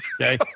okay